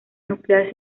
nuclear